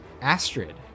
Astrid